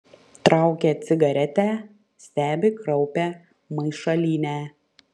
traukia cigaretę stebi kraupią maišalynę